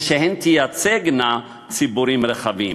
ושהן תייצגנה ציבורים רחבים,